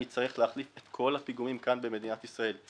אצטרך להחליף את כל הפיגומים כאן במדינת ישראל,